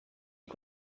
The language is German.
die